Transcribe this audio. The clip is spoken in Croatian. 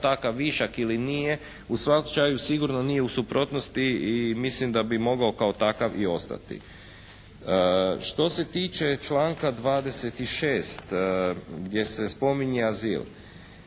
takav višak ili nije u svakom slučaju sigurno nije u suprotnosti i mislim da bi mogao kao takav i ostati. Što se tiče članka 26. gdje se spominje azil